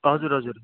हजुर हजुर